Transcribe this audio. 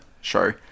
show